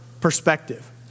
perspective